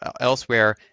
elsewhere